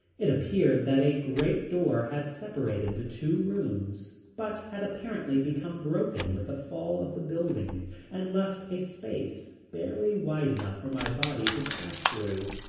it appeared that a great door had separated the two rooms, but had apparently become broken with the fall of the building and left a space barely wide enough for my body to pass through.